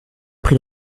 prit